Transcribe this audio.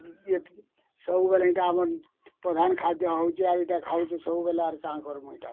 ଇଏ ସବୁବେଲେ ଏଇଟା ଆମର୍ ପ୍ରଧାନ ଖାଦ୍ୟ ହଉଛେ ଆଉ ଏଇଟା ଖାଉଛେ ସବୁବେଲେ ଆର୍ କାଁ କରିମୁ ଏଇଟା